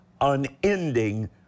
Unending